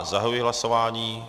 Zahajuji hlasování.